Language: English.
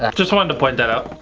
like just wanted to point that out.